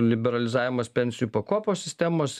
liberalizavimas pensijų pakopos sistemos